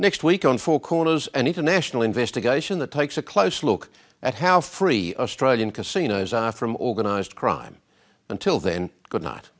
next week on four corners an international investigation that takes a close look at how free a stride in casinos are from organized crime until then good not